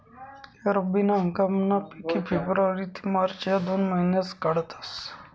रब्बी ना हंगामना पिके फेब्रुवारी ते मार्च या दोन महिनामा काढातस